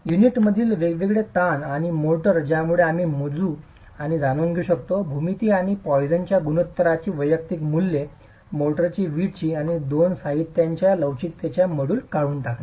युनिटमधील वेगवेगळे ताण आणि मोर्टार ज्यामुळे आम्ही मोजू आणि जाणून घेऊ शकतो भूमिती आणि पॉईसनच्या गुणोत्तरांची वैयक्तिक मूल्ये मोर्टारची वीटची आणि दोन साहित्यांच्या लवचिकतेच्या मोड्यूली काढून टाकणे